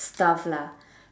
stuff lah